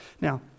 Now